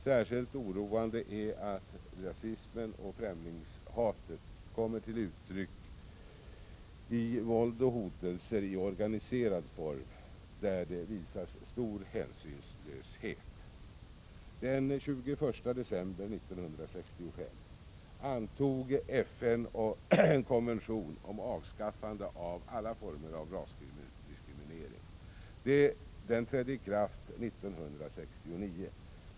Särskilt oroande är att rasismen och främlingshatet kommer till uttryck i våld och hotelser i organiserad form, där det visas stor hänsynslöshet. Den 21 december 1965 antog FN en konvention om avskaffande av alla former av rasdiskriminering. Den trädde i kraft 1969.